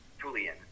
Julian